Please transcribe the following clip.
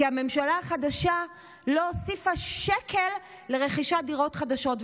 כי הממשלה החדשה לא הוסיפה שקל לרכישת דירות חדשות.